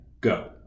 Go